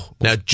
Now